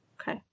okay